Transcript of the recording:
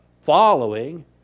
following